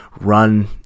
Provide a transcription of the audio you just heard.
run